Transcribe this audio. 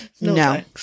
no